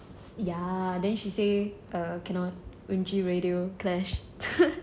ya then she say err cannot umji radio clash